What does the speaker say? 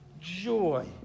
joy